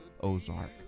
Ozark